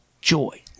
joy